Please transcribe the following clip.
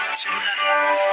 tonight